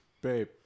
babe